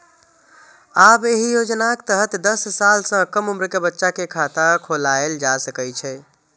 आब एहि योजनाक तहत दस साल सं कम उम्र के बच्चा के खाता खोलाएल जा सकै छै